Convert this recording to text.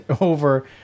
over